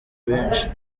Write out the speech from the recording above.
benshi